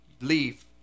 leave